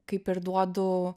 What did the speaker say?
kaip ir duodu